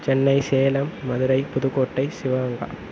Chennai Salem Madurai Pudukkottai Sivaganga